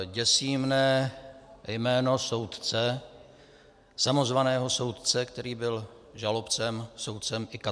Děsí mě jméno soudce, samozvaného soudce, který byl žalobcem, soudcem i katem.